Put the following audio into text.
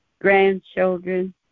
grandchildren